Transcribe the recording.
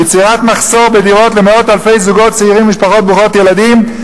ויצירת מחסור בדירות למאות אלפי זוגות צעירים ומשפחות ברוכות ילדים,